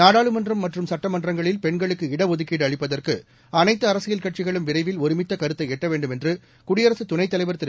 நாடாளுமன்றம் மற்றும் சட்டமன்றங்களில் பெண்களுக்கு இடஒதுக்கீடு அளிப்பதற்குஇ அனைத்து அரசியல் கட்சிகளும் விரைவில் ஒருமித்த கருத்தை எட்ட வேண்டும் என்று குடியரசு துணைத் தலைவர் திரு